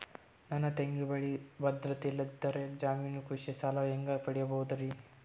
ನನ್ನ ತಂಗಿ ಬಲ್ಲಿ ಭದ್ರತೆ ಇಲ್ಲದಿದ್ದರ, ಜಾಮೀನು ಕೃಷಿ ಸಾಲ ಹೆಂಗ ಪಡಿಬೋದರಿ?